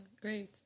great